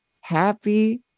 happy